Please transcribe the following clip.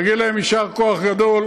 נגיד להם יישר כוח גדול,